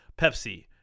Pepsi